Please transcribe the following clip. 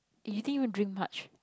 you didn't even drink much